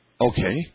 Okay